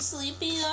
Sleepy